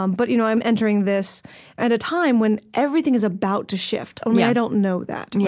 um but you know i'm entering this at a time when everything is about to shift, only i don't know that. and